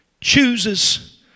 chooses